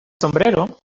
sombrero